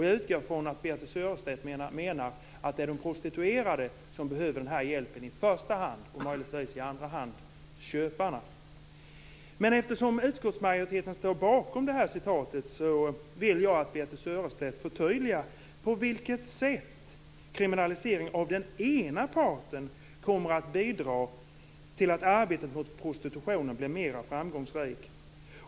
Jag utgår från att Birthe Sörestedt menar att det är de prostituerade som behöver hjälpen i första hand och möjligtvis i andra hand köparna. Eftersom utskottsmajoriteten står bakom citatet vill jag att Birthe Sörestedt förtydligar på vilket sätt kriminalisering av den ena parten kommer att bidra till att arbetet mot prostitutionen blir mer framgångsrikt.